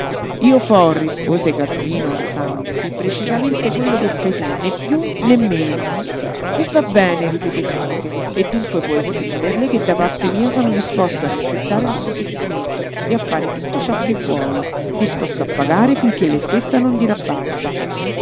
io fo rispose carlino alzandosi precisamente quello che fai tu né piú né meno e va bene ripeté tito e dunque puoi scriverle che da parte mia sono disposto a rispettare il suo sentimento e a fare tutto ciò che vuole disposto a pagare finché lei stessa non dirà basta